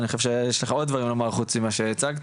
אני חושב שיש לך עוד דברים לומר חוץ ממה שהצגת,